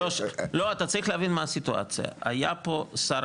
רני אתה צריך להבין מה הסיטואציה היה פה שר